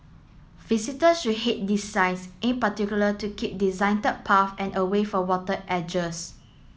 visitor should heed these signs in particular to keep paths and away from water edges